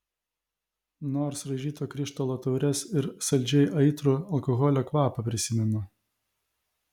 nors raižyto krištolo taures ir saldžiai aitrų alkoholio kvapą prisimenu